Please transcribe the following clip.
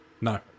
No